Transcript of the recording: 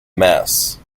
mess